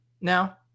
now